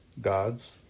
gods